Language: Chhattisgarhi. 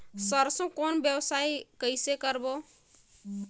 सरसो कौन व्यवसाय कइसे करबो?